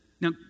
now